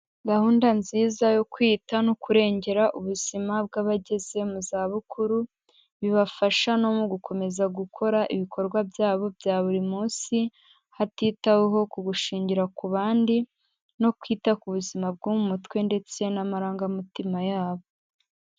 Gahunda nziza yo kwita no kurengera ubuzima bw'abageze mu zabukuru, bibafasha no mu gukomeza gukora ibikorwa byabo bya buri munsi, hatitaweho ku gushingira ku bandi no kwita ku buzima bwo mu mutwe ndetse n'amarangamutima yabo.